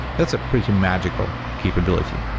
that's a pretty magical capability.